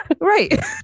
right